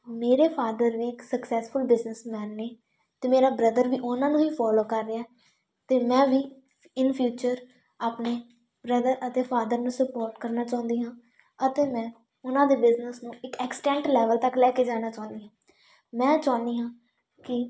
ਮੇਰੇ ਫਾਦਰ ਵੀ ਇੱਕ ਸਕਸੈਸਫੁਲ ਬਿਜ਼ਨਸਮੈਨ ਨੇ ਤੇ ਮੇਰਾ ਬ੍ਰਦਰ ਵੀ ਉਹਨਾਂ ਨੂੰ ਹੀ ਫੋਲੋ ਕਰ ਰਿਹਾ ਅਤੇ ਮੈਂ ਵੀ ਇਨ ਫਿਊਚਰ ਆਪਣੇ ਬ੍ਰਦਰ ਅਤੇ ਫਾਦਰ ਨੂੰ ਸਪੋਰਟ ਕਰਨਾ ਚਾਹੁੰਦੀ ਹਾਂ ਅਤੇ ਮੈਂ ਉਹਨਾਂ ਦੇ ਬਿਜਨਸ ਨੂੰ ਇੱਕ ਐਕਸਟੈਂਟ ਲੈਵਲ ਤੱਕ ਲੈ ਕੇ ਜਾਣਾ ਚਾਹੁੰਦੀ ਮੈਂ ਚਾਹੁੰਦੀ ਹਾਂ ਕਿ